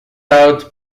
out